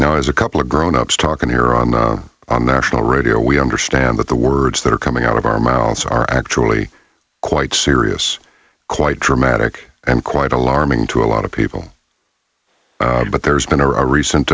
now as a couple of grown ups talking here on the on the national radio we understand that the words that are coming out of our miles are actually quite serious quite dramatic and quite alarming to a lot of people but there's been a recent